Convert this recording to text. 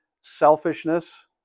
selfishness